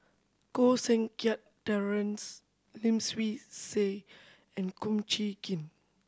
Koh Seng Kiat Terence Lim Swee Say and Kong Chee Kin